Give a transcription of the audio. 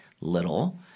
little